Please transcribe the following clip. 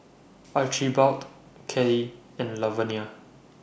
Archibald Kellie and Lavenia